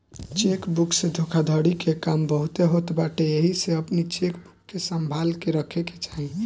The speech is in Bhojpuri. चेक बुक से धोखाधड़ी के काम बहुते होत बाटे एही से अपनी चेकबुक के संभाल के रखे के चाही